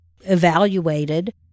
evaluated